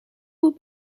vos